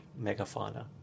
megafauna